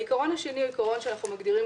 העיקרון השני הוא עיקרון שאנחנו מגדירים